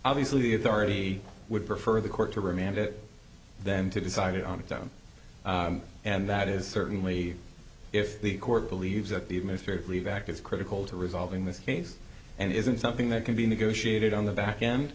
obviously authority would prefer the court to remand it than to decide it on its own and that is certainly if the court believes that the administrative leave act is critical to resolving this case and isn't something that can be negotiated on the back end